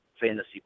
fantasy